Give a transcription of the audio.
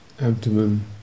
abdomen